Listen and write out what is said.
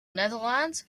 netherlands